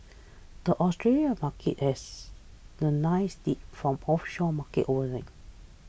the Australian Markets has a nice lead from offshore markets overnight